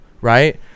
right